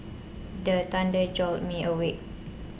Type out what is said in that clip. the thunder jolt me awake